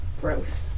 growth